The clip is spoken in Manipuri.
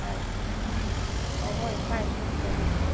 ꯑꯍꯣꯏ ꯐꯥꯏꯚ ꯁꯤꯛꯁꯇ ꯑꯗꯨꯝ